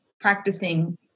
practicing